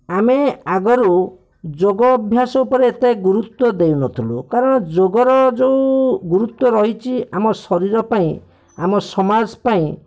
ଆମେ ଆଗରୁ ଯୋଗ ଅଭ୍ୟାସ ଉପରେ ଏତେ ଗୁରୁତ୍ୱ ଦେଉନଥିଲୁ କାରଣ ଯୋଗର ଯେଉଁ ଗୁରୁତ୍ୱ ରହିଛି ଆମ ଶରୀର ପାଇଁ ଆମ ସମାଜ ପାଇଁ